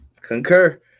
concur